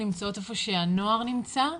נמצאות איפה שהנוער נמצא,